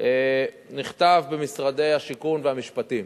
נכתב במשרדי השיכון והמשפטים.